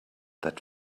that